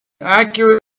accurate